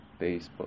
Facebook